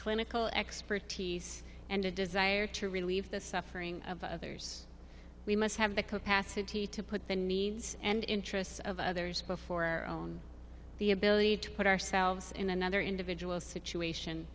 clinical expertise and a desire to relieve the suffering of others we must have the capacity to put the needs and interests of others before our own the ability to put ourselves in another individual situation